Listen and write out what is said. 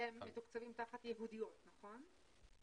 שהם מתוקצבים תחת 'ייעודיות', נכון?